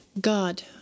God